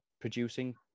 producing